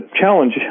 challenge